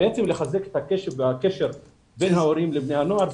ובעצם לחזק את הקשר בין ההורים לבני הנוער.